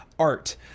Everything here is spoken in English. Art